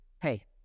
Hey